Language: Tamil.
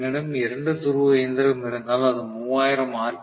என்னிடம் 2 துருவ இயந்திரம் இருந்தால் அது 3000 ஆர்